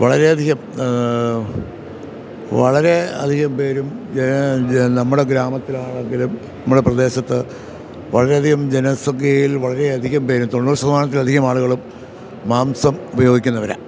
വളരെ അധികം വളരെ അധികം പേരും നമ്മുടെ ഗ്രാമത്തിലാണെങ്കിലും നമ്മുടെ പ്രദേശത്ത് വളരെധികം ജനസംഖ്യയിൽ വളരെ അധികം പേരും തൊണ്ണൂറ് ശതമാനത്തിലധികമാളുകളും മാംസം ഉപയോഗിക്കുന്നവരാ